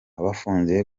bafungiye